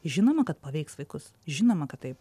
žinoma kad paveiks vaikus žinoma kad taip